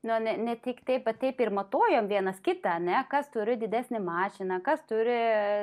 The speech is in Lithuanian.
nu ne ne tik taip bet taip ir matuojam vienas kitą ar ne kas turi didesnę mašiną kas turi